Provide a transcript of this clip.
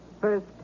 First